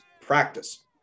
practice